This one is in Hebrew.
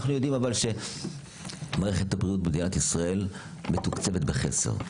אנחנו יודעים שמערכת הבריאות במדינת ישראל מתוקצבת בחסר,